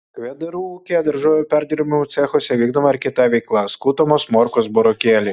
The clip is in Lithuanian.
kvedarų ūkyje daržovių perdirbimo cechuose vykdoma ir kita veikla skutamos morkos burokėliai